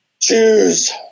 choose